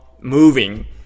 moving